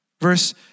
Verse